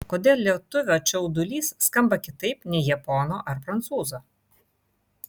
kodėl lietuvio čiaudulys skamba kitaip nei japono ar prancūzo